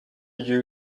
you